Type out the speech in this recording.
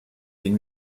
den